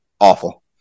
awful